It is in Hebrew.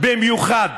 במיוחד